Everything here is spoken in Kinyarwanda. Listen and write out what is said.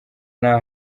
nta